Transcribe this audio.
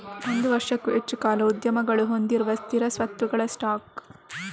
ಒಂದು ವರ್ಷಕ್ಕೂ ಹೆಚ್ಚು ಕಾಲ ಉದ್ಯಮಗಳು ಹೊಂದಿರುವ ಸ್ಥಿರ ಸ್ವತ್ತುಗಳ ಸ್ಟಾಕ್